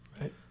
right